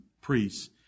priests